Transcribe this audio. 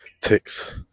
ticks